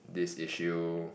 this issue